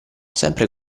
sempre